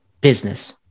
business